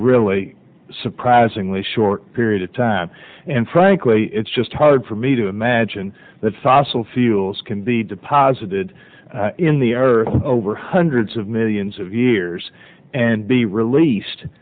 really surprisingly short period of time and frankly it's just hard for me to imagine that fossil fuels can be deposited in the earth over hundreds of millions of years and be released